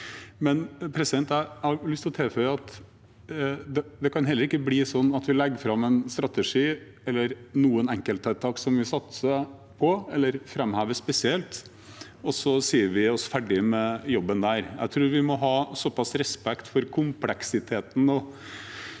Jeg har lyst til å tilføye at det heller ikke kan bli sånn at vi legger fram en strategi eller noen enkelttiltak vi satser på eller framhever spesielt, og så sier vi oss ferdig med jobben der. Jeg tror vi må ha såpass respekt for kompleksiteten